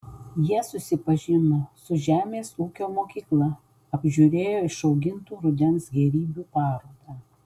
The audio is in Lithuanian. jie susipažino su žemės ūkio mokykla apžiūrėjo išaugintų rudens gėrybių parodą